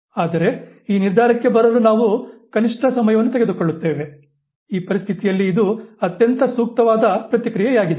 ಆದರೆ ಈ ನಿರ್ಧಾರಕ್ಕೆ ಬರಲು ನಾವು ಕನಿಷ್ಟ ಸಮಯವನ್ನು ತೆಗೆದುಕೊಳ್ಳುತ್ತೇವೆ ಈ ಪರಿಸ್ಥಿತಿಯಲ್ಲಿ ಇದು ಅತ್ಯಂತ ಸೂಕ್ತವಾದ ಪ್ರತಿಕ್ರಿಯೆಯಾಗಿದೆ